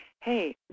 hey